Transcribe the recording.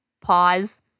pause